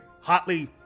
hotly